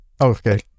Okay